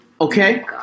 Okay